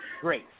great